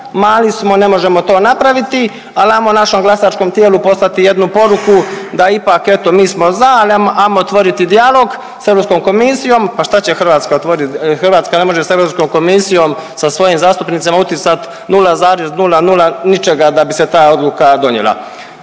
mali smo, ne možemo to napraviti, ali ajmo našom glasačkom tijelu poslati jednu poruku da ipak eto mi smo za, amo otvoriti dijalog sa EK, pa šta će Hrvatska otvorit, Hrvatska ne može s EK sa svojim zastupnicima utisat 0,00 ničega da bi se ta odluka donijela.